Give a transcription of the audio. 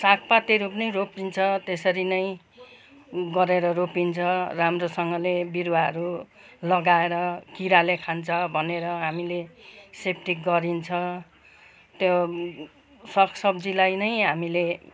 साग पातहरू पनि रोपिन्छ त्यसरी नै गरेर रोपिन्छ राम्रोसँगले बिरुवाहरू लगाएर किराले खान्छ भनेर हामीले सेप्टिक गरिन्छ त्यो साग सब्जीलाई नै हामीले